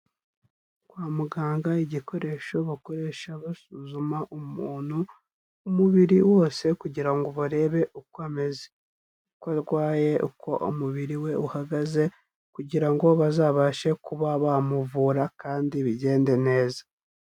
Kwa muganga igikoresho bakoresha basuzuma umuntu umubiri wose kugira ngo barebe uko ameze, uko arwaye uko umubiri we uhagaze kugira ngo bazabashe kuba bamuvura kandi bigende neza.